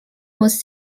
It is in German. muss